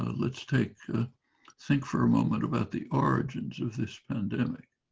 ah let's take think for a moment about the origins of this pandemic